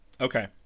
Okay